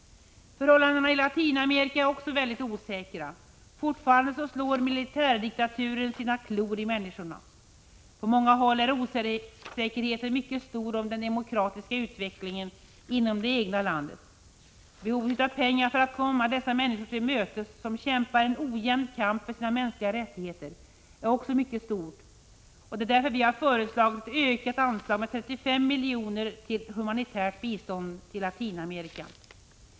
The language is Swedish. Förhållandena i Latinamerika är också mycket osäkra. Fortfarande slår militärdiktaturer sina klor i människorna. På många håll är osäkerheten mycket stor om den demokratiska utvecklingen inom det egna landet. Behovet av pengar för att komma de människor till mötes som kämpar en ojämn kamp för sina mänskliga rättigheter är också mycket stort, och det är därför vi har föreslagit ett med 35 milj.kr. ökat anslag till humanitärt bistånd i Latinamerika.